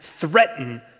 threaten